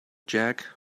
jack